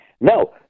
no